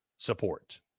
Support